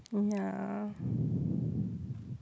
ya